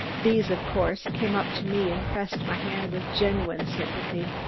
these, of course, came up to me and pressed my hand with genuine sympathy.